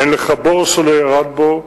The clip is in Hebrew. אין לך בור שלא ירד בו,